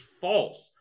false